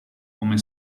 come